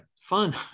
fun